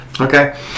Okay